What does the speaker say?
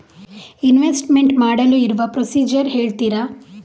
Investment ಮಾಡಲು ಇರುವ procedure ಹೇಳ್ತೀರಾ?